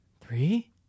Three